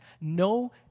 no